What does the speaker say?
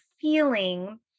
feeling